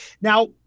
Now